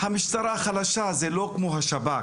המשטרה חלשה, זה לא כמו השב"כ.